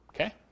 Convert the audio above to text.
okay